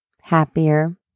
happier